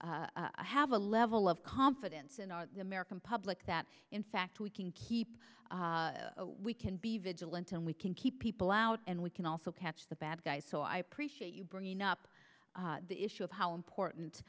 to have a level of confidence in our american public that in fact we can keep we can be vigilant and we can keep people out and we can also catch the bad guys so i appreciate you bringing up the issue of how important